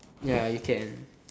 ya you can